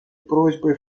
просьбой